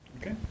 Okay